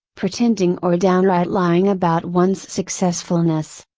pretending or downright lying about one's successfulness.